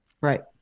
Right